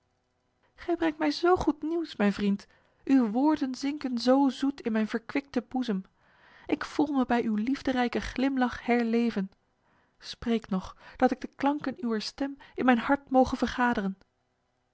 brengt mij zo goed nieuws mijn vriend uw woorden zinken zo zoet in mijn verkwikte boezem ik voel mij bij uw liefderijke glimlach herleven spreek nog dat ik de klanken uwer stem in mijn hart moge vergaderen